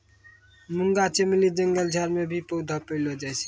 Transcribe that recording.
मुंगा चमेली जंगल झाड़ मे भी पैलो जाय छै